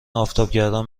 آفتابگردان